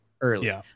early